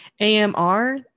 amr